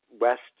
west